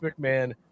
McMahon